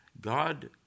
God